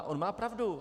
On má pravdu.